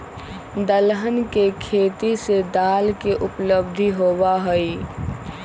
दलहन के खेती से दाल के उपलब्धि होबा हई